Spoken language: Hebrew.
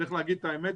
צריך להגיד את האמת,